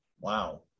wow